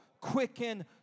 quicken